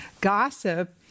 Gossip